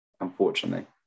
unfortunately